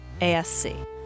ASC